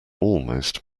almost